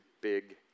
big